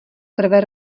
krve